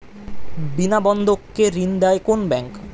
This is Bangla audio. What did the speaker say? বিনা বন্ধক কে ঋণ দেয় কোন ব্যাংক?